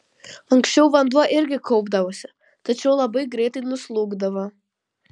anksčiau vanduo irgi kaupdavosi tačiau labai greitai nuslūgdavo